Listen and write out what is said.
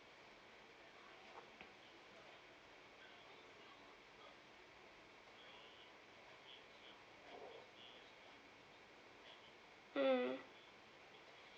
mm